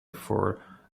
for